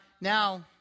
now